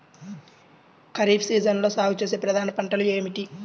ఖరీఫ్ సీజన్లో సాగుచేసే ప్రధాన పంటలు ఏమిటీ?